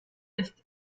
ist